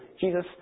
Jesus